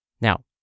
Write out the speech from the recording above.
Now